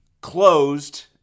closed